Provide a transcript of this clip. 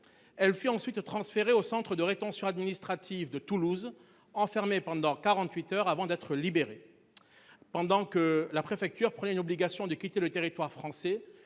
Elle fut ensuite transféré au centre de rétention administrative de Toulouse enfermé pendant 48 heures avant d'être libéré. Pendant que la préfecture prenait une obligation de quitter le territoire français